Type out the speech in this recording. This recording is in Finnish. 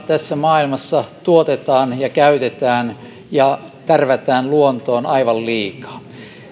tässä maailmassa muoveja tuotetaan ja käytetään ja tärvätään luontoon aivan liikaa